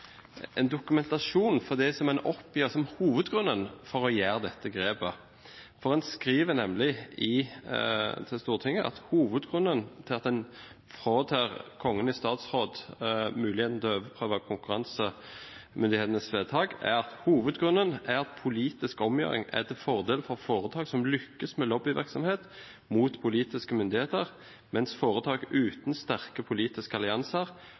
en dokumentasjon for det som en oppgir som hovedgrunnen til å gjøre dette grepet. En skriver nemlig til Stortinget om hovedgrunnen til at en fratar Kongen i statsråd muligheten til å overprøve konkurransemyndighetenes vedtak: «Hovedgrunnen er at politisk omgjøring er til fordel for foretak som lykkes med lobbyvirksomhet mot politiske myndigheter, mens foretak uten sterke politiske allianser